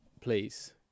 please